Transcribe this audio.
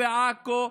בעכו,